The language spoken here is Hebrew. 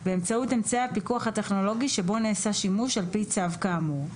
באמצעות אמצעי הפיקוח הטכנולוגי שבו נעשה שימוש על פי צו כאמור,